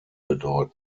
bedeuten